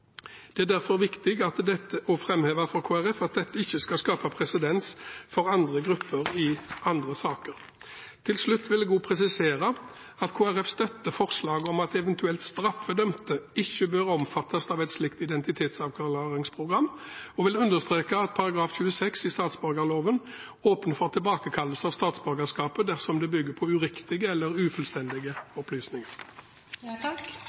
Det er derfor viktig for Kristelig Folkeparti å framheve at dette ikke skal skape presedens for andre grupper i andre saker. Til slutt vil jeg også presisere at Kristelig Folkeparti støtter forslaget om at eventuelle straffedømte ikke bør omfattes av et slikt identitetsavklaringsprogram, og vil understreke at § 26 i statsborgerloven åpner for tilbakekallelse av statsborgerskapet dersom det bygger på uriktige eller